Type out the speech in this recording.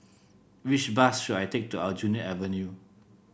which bus should I take to Aljunied Avenue